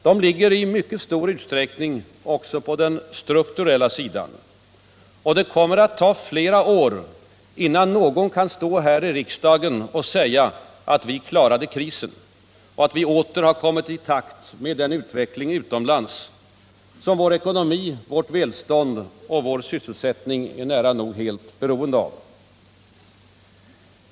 De ligger i mycket stor utsträckning på den strukturella sidan. Och det kommer att ta flera år innan någon kan stå här i riksdagen och säga att vi klarade krisen och att vi åter har kommit i takt med den utveckling utomlands som vår ekonomi, vårt välstånd och vår sysselsättning är nära nog helt beroende av.